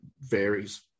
varies